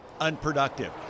unproductive